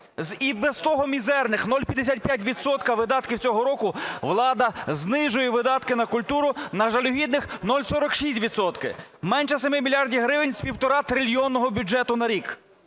і без того мізерних 0,55 відсотка видатків цього року влада знижує видатки на культуру на жалюгідних 0,46 відсотка, менше 7 мільярдів гривень з півторатрильйонного бюджету на рік.